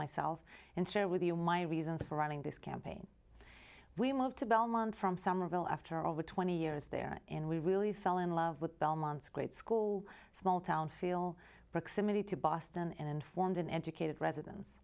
myself and share with you my reasons for running this campaign we moved to belmont from somerville after over twenty years there and we really fell in love with belmont's great school small town feel proximity to boston and informed and educated residen